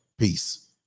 Peace